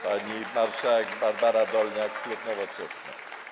Pani marszałek Barbara Dolniak, klub Nowoczesna.